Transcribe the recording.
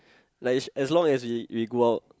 like as long we we go out